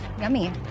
Yummy